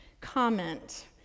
comment